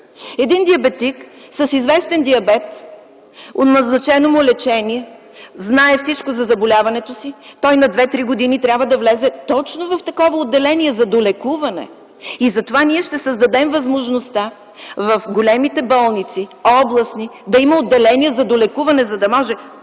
Един диабетик с известен диабет, назначено му е лечение, знае всичко за заболяването си, той на две-три години трябва да влезе точно в такова отделение за долекуване. Затова ние ще създадем възможността в големите болници – областни, да има отделения за долекуване, за да може